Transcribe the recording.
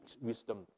wisdom